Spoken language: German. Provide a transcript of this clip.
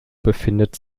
befindet